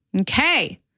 Okay